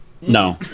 No